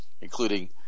Including